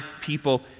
people